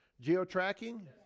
geo-tracking